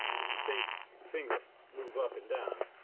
if you think finger, move up and down,